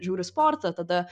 žiūri sportą tada